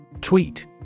Tweet